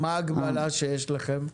מה ההגבלה שיש לכם?